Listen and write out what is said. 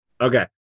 Okay